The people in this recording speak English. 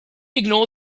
ignore